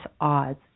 odds